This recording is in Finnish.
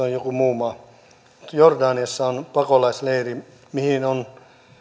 on joku muu maa on pakolaisleiri mihin on